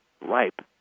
ripe